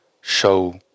show